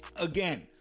again